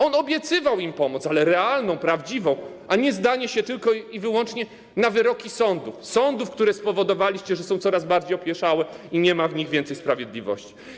On obiecywał im pomoc, ale realną, prawdziwą, a nie zdanie się tylko i wyłącznie na wyroki sądów, sądów, w odniesieniu do których spowodowaliście, że są coraz bardziej opieszałe i nie ma w nich więcej sprawiedliwości.